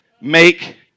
make